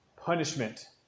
punishment